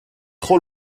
trop